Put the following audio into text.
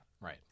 Right